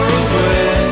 away